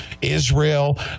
Israel